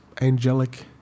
angelic